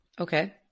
Okay